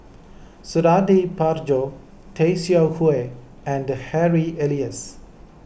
Suradi Parjo Tay Seow Huah and Harry Elias